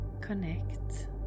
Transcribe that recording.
connect